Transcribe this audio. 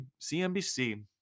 CNBC